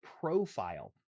profile